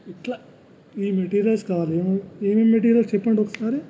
ఇట్లా ఈ మెటీరియల్స్ కావాలి ఎం ఏమేం మెటీరియల్స్ చెప్పండి ఒకసారి